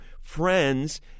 friends